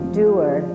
doer